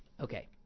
Okay